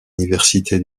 université